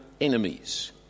enemies